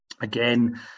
Again